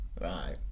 right